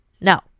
no